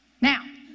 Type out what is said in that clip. Now